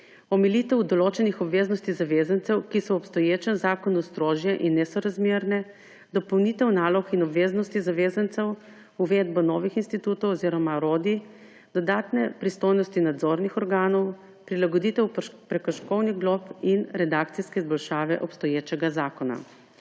omilitev določenih obveznosti zavezancev, ki so v obstoječem zakonu strožje in nesorazmerne; dopolnitev nalog in obveznosti zavezancev; uvedba novih institutov oziroma orodij; dodatne pristojnosti nadzornih organov; prilagoditev prekrškovnih glob in redakcijske izboljšave obstoječega zakona.